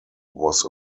was